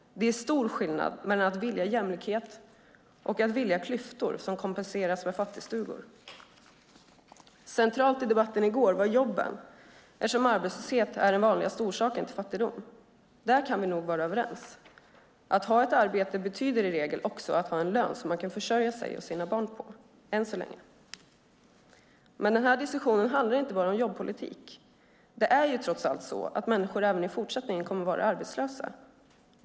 Det är stor skillnad mellan att vilja jämlikhet och att vilja klyftor som kompenseras med fattigstugor. Centralt i debatten i går var jobben, eftersom arbetslöshet är den vanligaste orsaken till fattigdom. Där kan vi nog vara överens. Att ha ett arbete betyder i regel också att ha en lön som man kan försörja sig och sina barn på, än så länge. Men den här diskussionen handlar inte bara om jobbpolitik. Det är trots allt så att människor även i fortsättningen kommer att vara arbetslösa.